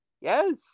Yes